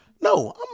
no